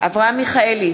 אברהם מיכאלי,